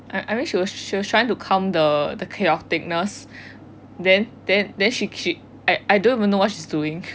I I mean she was trying to calm the the chaoticness then then then she she she I don't even know what she's doing